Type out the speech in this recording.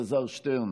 חבר הכנסת אלעזר שטרן,